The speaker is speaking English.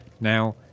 Now